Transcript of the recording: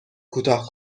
کوتاه